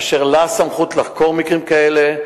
אשר לה הסמכות לחקור מקרים כאלה,